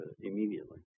immediately